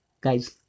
Guys